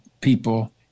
people